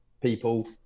people